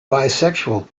bisexual